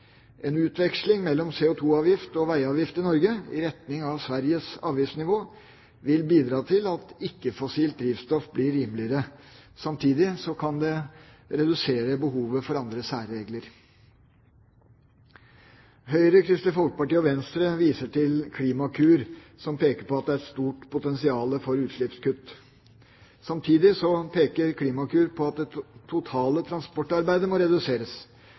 En utveksling mellom CO2-avgift og veiavgift i Norge i retning av Sveriges avgiftsnivå vil bidra til at ikke-fossilt drivstoff blir rimeligere. Samtidig kan det redusere behovet for andre særregler. Høyre, Kristelig Folkeparti og Venstre viser til Klimakur, som peker på at det er et stort potensial for utslippskutt. Samtidig peker Klimakur på at det totale transportarbeidet må reduseres,